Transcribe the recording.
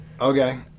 Okay